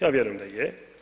Ja vjerujem da je.